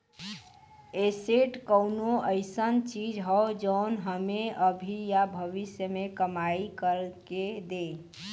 asset कउनो अइसन चीज हौ जौन हमें अभी या भविष्य में कमाई कर के दे